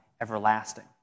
everlasting